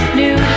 new